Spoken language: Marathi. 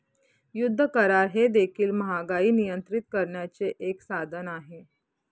युद्ध करार हे देखील महागाई नियंत्रित करण्याचे एक साधन आहे